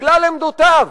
בגלל עמדותיו.